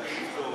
תקשיב טוב,